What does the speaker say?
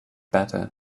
better